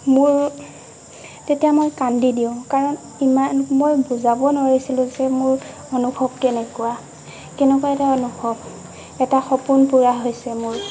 মোৰ তেতিয়া মই কান্দি দিওঁ কাৰণ ইমান মই বুজাব নোৱাৰিছিলোঁ যে মোৰ অনুভৱ কেনেকুৱা কেনেকুৱা এটা অনুভৱ এটা সপোন পূৰা হৈছে মোৰ